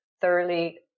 thoroughly